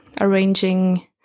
arranging